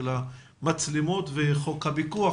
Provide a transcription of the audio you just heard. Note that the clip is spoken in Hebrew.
של המצלמות וחוק הפיקוח,